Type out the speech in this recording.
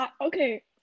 okay